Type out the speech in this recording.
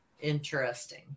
Interesting